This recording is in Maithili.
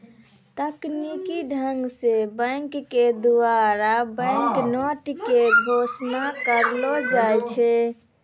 तकनीकी ढंग से बैंक के द्वारा बैंक नोट के घोषणा करलो जाय छै